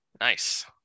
Nice